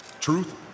Truth